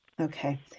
Okay